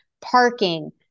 parking